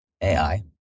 AI